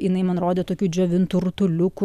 jinai man rodė tokių džiovintų rutuliukų